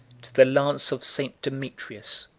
to the lance of st. demetrius.